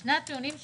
לשני הטיעונים שלך,